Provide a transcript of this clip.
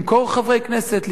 למכור חברי כנסת,